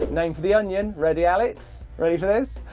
ah name for the onion, ready, alex? ready for this?